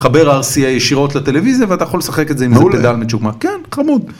תחבר rca ישירות לטלוויזיה ואתה יכול לשחק את זה עם פדל מצ'וקמק. - כן חמוד